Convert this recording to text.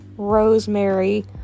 rosemary